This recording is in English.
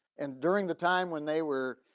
and during the time when they were,